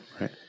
right